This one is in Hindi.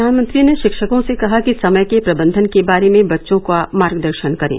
प्रधानमंत्री ने शिक्षकों से कहा कि समय के प्रबंध के बारे में बच्चों का मार्गदर्शन करें